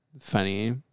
funny